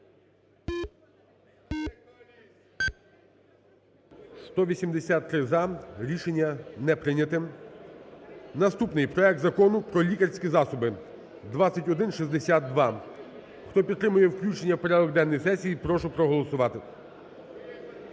За-183 Рішення не прийнято. Наступний: проект Закону про лікарські засоби (2162). Хто підтримує включення в порядок денний сесії, прошу проголосувати.